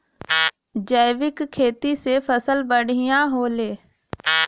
जैविक खेती से फसल बढ़िया होले